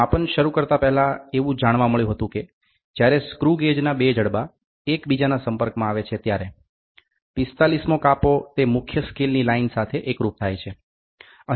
માપન શરૂ કરતા પહેલા એવું જાણવા મળ્યું હતું કે જ્યારે સ્ક્રુગેજના બે જડબા એકબીજાના સંપર્ક માં આવે છે ત્યારે ૪૫મો કાપો તે મુખ્ય સ્કેલ ની લાઈન સાથે એકરૂપ થાય છે અહીંયા એક ભૂલ છે